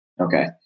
Okay